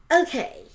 okay